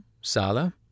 Sala